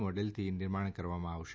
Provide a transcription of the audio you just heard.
મોડલથી નિર્માણ કરવામાં આવશે